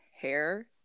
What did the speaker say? hair